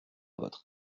votre